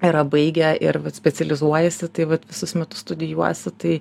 yra baigę ir vat specializuojasi tai vat visus metus studijuosiu tai